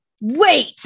wait